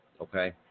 Okay